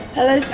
Hello